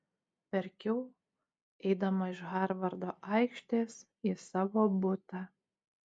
verkiau eidama iš harvardo aikštės į savo butą